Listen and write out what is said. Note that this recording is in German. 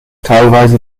teilweise